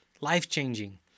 Life-changing